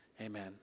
Amen